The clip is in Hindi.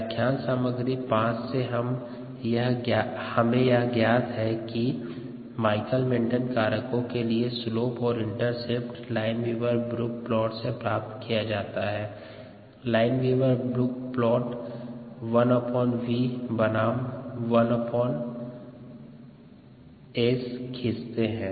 व्याख्यान सामग्री 5 से हिम यह ज्ञात है कि माइकलिस मेंटेन कारकों के लिए स्लोप और इंटरसेप्ट लाइनविवर ब्रुक प्लोट से प्राप्त किया जा सकता है लाइनविवर ब्रुक प्लोट 1v बनाम 1S खीचतें है